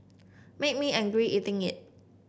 made me angry eating it